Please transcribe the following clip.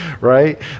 Right